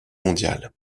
mondiales